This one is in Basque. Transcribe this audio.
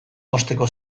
mozteko